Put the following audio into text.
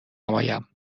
نمایم